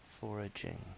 foraging